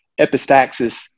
epistaxis